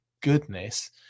goodness